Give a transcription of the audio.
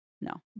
No